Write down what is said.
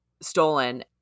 stolen